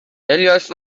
الیاس